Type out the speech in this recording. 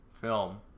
film